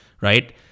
right